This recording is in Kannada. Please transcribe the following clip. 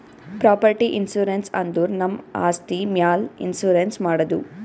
ಪ್ರಾಪರ್ಟಿ ಇನ್ಸೂರೆನ್ಸ್ ಅಂದುರ್ ನಮ್ ಆಸ್ತಿ ಮ್ಯಾಲ್ ಇನ್ಸೂರೆನ್ಸ್ ಮಾಡದು